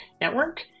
network